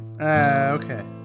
okay